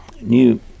new